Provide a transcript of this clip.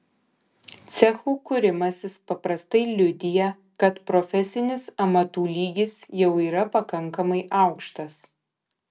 cechų kūrimasis paprastai liudija kad profesinis amatų lygis jau yra pakankamai aukštas